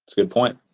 good point.